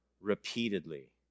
repeatedly